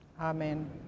amen